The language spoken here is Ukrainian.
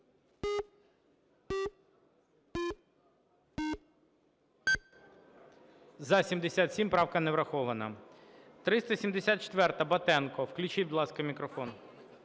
За-77 Правка неврахована. 374-а, Батенко. Включіть, будь ласка, мікрофон.